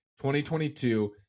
2022